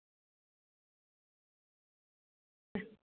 तर आता अभ्यास कराव म्हटलं बोला ना काय म्हणत होते